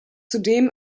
zudem